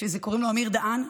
שקוראים לו אמיר דהן,